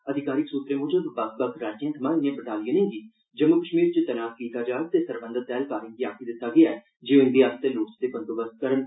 अधिकारिक सुत्तरें मुजब बक्ख बक्ख राज्यें थमां इनें बटालियनें गी जम्मू कश्मीर च तैनात कीता जाग ते सरबंधत ऐहलकारें गी आखी दित्ता गेआ ऐ जे ओह इंदे आस्तै लोड़चदे बंदोबस्त करन